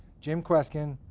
jim kweskin,